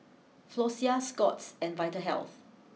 Floxia Scott's and Vitahealth